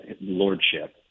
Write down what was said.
Lordship